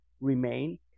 remain